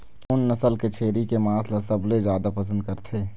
कोन नसल के छेरी के मांस ला सबले जादा पसंद करथे?